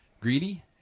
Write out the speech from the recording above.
greedy